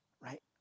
right